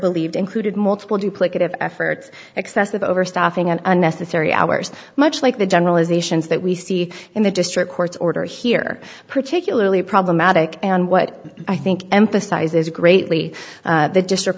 believed included multiple duplicative efforts excessive overstaffing and unnecessary hours much like the generalizations that we see in the district court's order here particularly problematic and what i think emphasizes greatly the